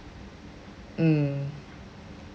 mm